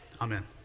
amen